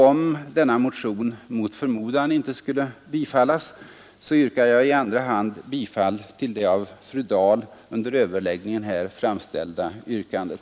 Om denna motion mot förmodan inte skulle bifallas yrkar jag i andra hand bifall till det av fru Dahl under överläggningen framställda yrkandet.